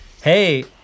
Hey